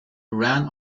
ran